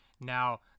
Now